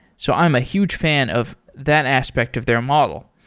so i'm a huge fan of that aspect of their model.